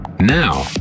Now